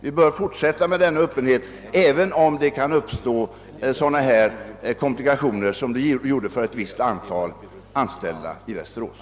Vi bör fortsätta att visa denna öppenhet, även om det kan uppstå sådana komplikationer som det uppstod för ett antal anställda i Västerås.